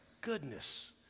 goodness